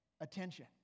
attention